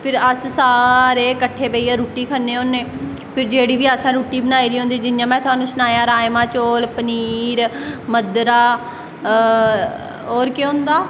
फिर अस सारे कट्ठे बेहियै रुट्टी खन्ने होन्ने फिर असैं जेह्ड़ी बी रुट्टी बनाई दी होंदा जियां में तुहानू सनाया राजमा चौल पनीर मध्दरा होर केह् होंदा